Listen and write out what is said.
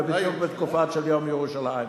ובדיוק בתקופה של יום ירושלים.